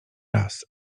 raz